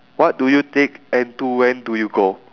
what do you take and to when do you go